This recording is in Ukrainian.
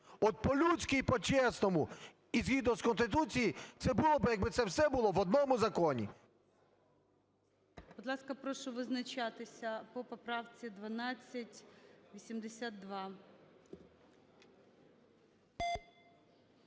От по-людськи і по-чесному, і згідно з Конституцією це було би, якби це все було в одному законі.